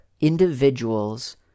individuals